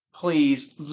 Please